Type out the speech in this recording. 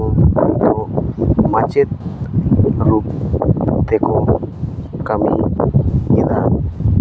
ᱢᱟᱪᱮᱫ ᱨᱩᱯ ᱛᱮᱠᱚ ᱠᱟᱹᱢᱤ ᱞᱮᱫᱟ